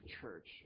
church